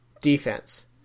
defense